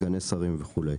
סגני שרים וכו'.